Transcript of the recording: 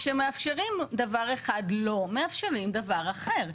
לכן אני מכיר את כל המערכת הזאת שהיא מערכת כלכלית בעיקרה.